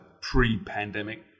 pre-pandemic